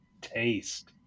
taste